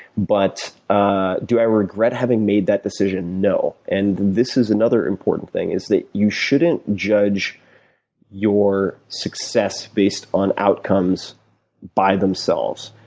but ah do i regret having made that decision? no. and this is another important thing, is that you shouldn't judge your success based on outcomes by themselves.